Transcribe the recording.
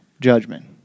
judgment